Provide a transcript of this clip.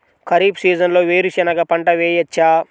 ఖరీఫ్ సీజన్లో వేరు శెనగ పంట వేయచ్చా?